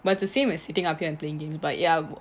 but it's the same as sitting up here and playing games but ya